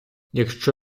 якщо